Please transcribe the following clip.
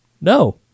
no